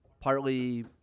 partly